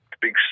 big